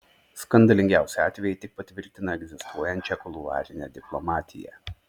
skandalingiausi atvejai tik patvirtina egzistuojančią kuluarinę diplomatiją